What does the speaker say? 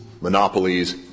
monopolies